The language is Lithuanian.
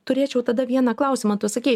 turėčiau tada vieną klausimą tu sakei